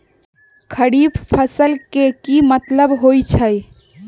खरीफ फसल के की मतलब होइ छइ?